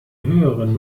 höheren